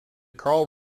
karl